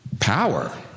Power